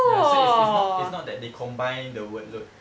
ya it's it's it's not it's not they combined the workload